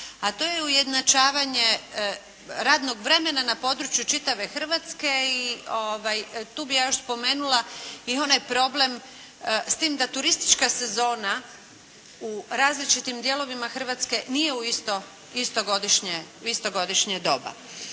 a to je ujednačavanje radnog vremena na području čitave Hrvatske. I tu bih ja još spomenula onaj problem s tim da turistička sezona u različitim dijelovima Hrvatske nije u isto godišnje doba.